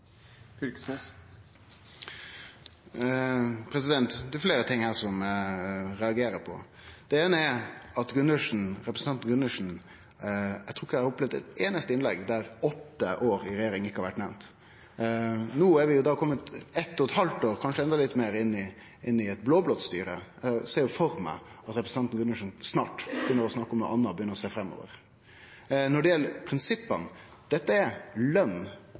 Det er fleire ting her som eg reagerer på. Det eine er at eg trur ikkje eg har opplevd eit einaste innlegg frå representanten Gundersen der åtte år i regjering ikkje har vore nemnt. No er vi komne eitt og eit halvt år – kanskje enda litt meir – inn i eit blå-blått styre, så eg ser jo for meg at representanten Gundersen snart begynner å snakke om noko anna – begynner å sjå framover. Når det gjeld prinsippa – det er